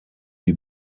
die